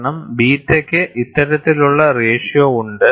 കാരണം ബീറ്റയ്ക്ക് ഇത്തരത്തിലുള്ള റേഷ്യോ ഉണ്ട്